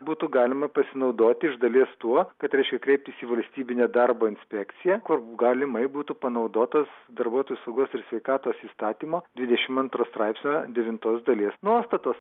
būtų galima pasinaudoti iš dalies tuo kad reiškia kreiptis į valstybinę darbo inspekciją kur galimai būtų panaudotas darbuotojų saugos ir sveikatos įstatymo dvidešimt antro straipsnio devintos dalies nuostatos